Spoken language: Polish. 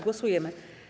Głosujemy.